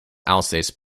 alsace